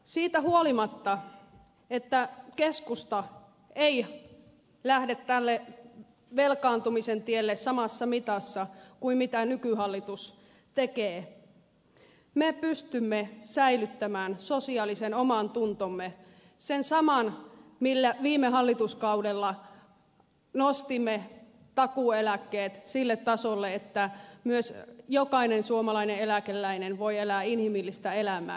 siitä huolimatta että keskusta ei lähde tälle velkaantumisen tielle samassa mitassa kuin nykyhallitus tekee me pystymme säilyttämään sosiaalisen omantuntomme sen saman millä viime hallituskaudella nostimme takuueläkkeet sille tasolle että myös jokainen suomalainen eläkeläinen voi elää inhimillistä elämää